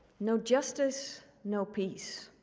no justice, no peace.